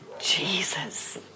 Jesus